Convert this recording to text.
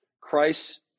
Christ